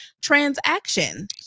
transaction